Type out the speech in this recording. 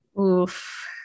Oof